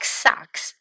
socks